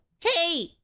Hey